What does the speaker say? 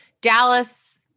Dallas